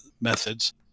methods